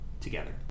together